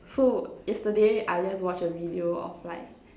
so yesterday I just watched a video of like